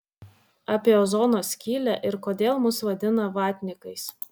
apie ozono skylę ir kodėl mus vadina vatnikais